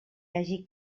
hagi